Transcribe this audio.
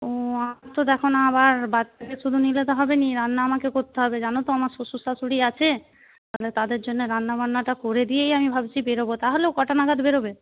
ও আমার তো দেখ না আবার বাচ্চাকে শুধু নিলে তো হবে না রান্না আমাকে করতে হবে জানো তো আমার শ্বশুর শাশুড়ি আছে তা হলে তাদের জন্য রান্নাবান্নাটা করে দিয়েই আমি ভাবছি বেরবো তা হলেও কটা নাগাদ বেরোবে